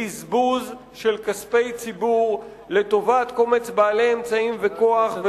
בזבוז של כספי ציבור לטובת קומץ בעלי אמצעים וכוח,